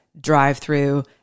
drive-through